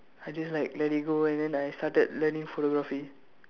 I just like let it go and then I started learning photography